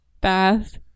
bath